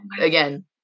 again